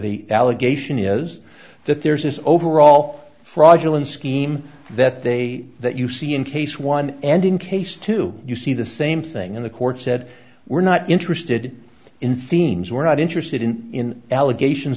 the allegation is that there is overall a fraudulent scheme that they that you see in case one and in case two you see the same thing in the courts said we're not interested in themes we're not interested in in allegations